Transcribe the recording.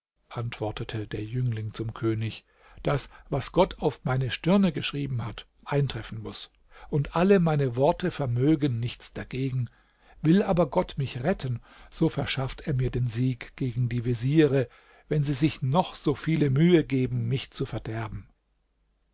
sagte der jüngling zum könig daß was gott auf meine stirne geschrieben hat eintreffen muß und alle meine worte vermögen nichts dagegen will aber gott mich retten so verschafft er mir den sieg gegen die veziere wenn sie sich noch so viele mühe geben mich zu verderben